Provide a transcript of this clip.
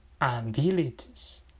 abilities